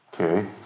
Okay